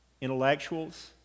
intellectuals